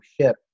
ship